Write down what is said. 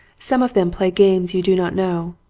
some of them play games you do not know.